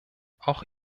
auch